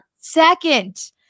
second